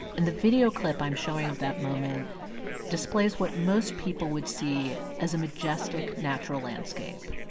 and the video clip i'm showing of that moment displays what most people would see as a majestic natural landscape.